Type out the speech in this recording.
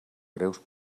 greus